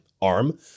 Arm